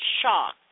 shocked